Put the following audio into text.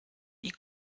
die